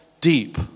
deep